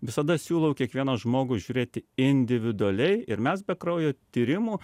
visada siūlau į kiekvieną žmogų žiūrėti individualiai ir mes be kraujo tyrimų